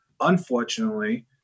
Unfortunately